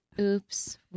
oops